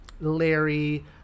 Larry